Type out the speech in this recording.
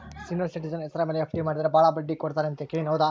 Senior citizen ಹೆಸರ ಮೇಲೆ FD ಮಾಡಿದರೆ ಬಹಳ ಬಡ್ಡಿ ಕೊಡ್ತಾರೆ ಅಂತಾ ಕೇಳಿನಿ ಹೌದಾ?